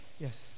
Yes